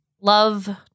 love